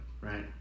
right